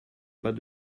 pas